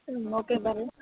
ಹ್ಞೂ ಓಕೆ ಬರ್ರಿ